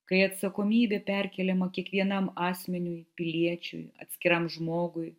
kai atsakomybė perkeliama kiekvienam asmeniui piliečiui atskiram žmogui